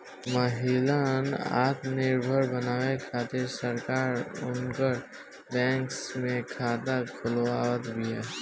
महिलन आत्मनिर्भर बनावे खातिर सरकार उनकर बैंक में खाता खोलवावत बिया